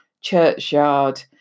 churchyard